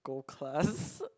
gold class